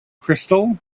crystal